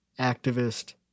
activist